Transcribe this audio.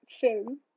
film